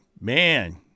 man